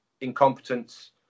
incompetence